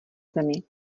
zemi